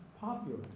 popular